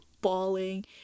bawling